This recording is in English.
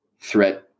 threat